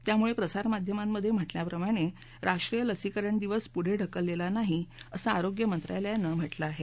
त्यामुळे प्रसारमाध्यमांमधे म्हटल्याप्रमाणे राष्ट्रीय लसीकरण दिवस पुढं ढकलेला नाही असं आरोग्य मंत्रालयानं म्हटलं आहे